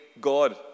God